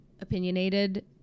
opinionated